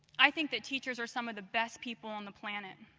i think that teachers are some of the best people on the planet.